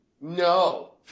No